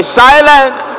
silent